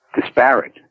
disparate